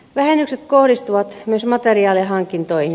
vähennykset kohdistuvat myös materiaalihankintoihin